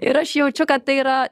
ir aš jaučiu kad tai yra